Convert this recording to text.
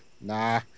Nah